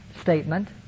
statement